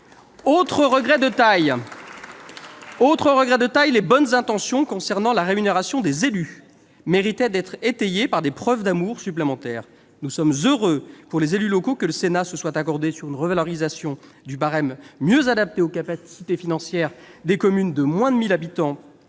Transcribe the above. le moins discutable ... Les bonnes intentions concernant la rémunération des élus méritaient d'être étayées par des preuves d'amour supplémentaires. Nous sommes heureux pour les élus locaux que le Sénat se soit accordé sur une revalorisation du barème mieux adaptée aux capacités financières des communes de moins de 1 000 habitants,